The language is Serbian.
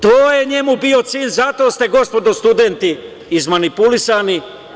To je njemu bio cilj i zato ste, gospodo studenti, izmanipulisani.